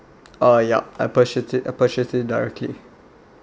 uh yup I purchase it I purchase it directly